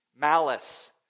malice